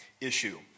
issue